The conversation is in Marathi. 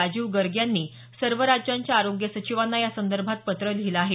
राजीव गर्ग यांनी सर्व राज्यांच्या आरोग्य सचिवांना यासंदर्भात पत्र लिहिलं आहे